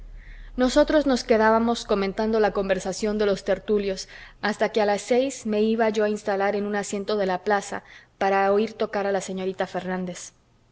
nosotros nos quedábamos comentando la conversación de los tertulios hasta que a las seis me iba yo a instalar en un asiento de la plaza para oir tocar a la señorita fernández